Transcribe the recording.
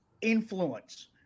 influence